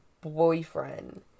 boyfriend